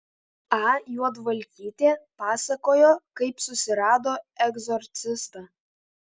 a juodvalkytė pasakojo kaip susirado egzorcistą